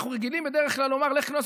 בדרך כלל אנחנו רגילים לומר "לך כנוס